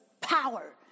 power